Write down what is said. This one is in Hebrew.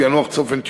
פענוח צופן טיורינג,